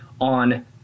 on